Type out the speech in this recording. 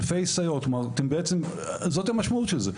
זאת המשמעות של זה.